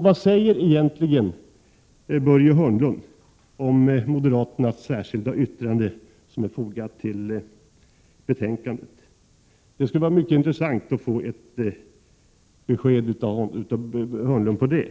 Vad säger Börje Hörnlund om moderaternas särskilda yttrande som är fogat till betänkandet? Det skulle vara intressant att få ett besked av honom om